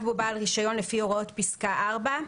בו בעל הרישיון כפי הוראות פסקה (4).